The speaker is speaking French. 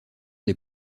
des